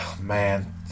man